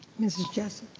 mrs. jessie.